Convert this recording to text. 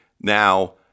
Now